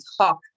talk